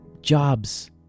Jobs